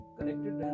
Connected